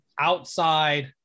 outside